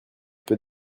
peu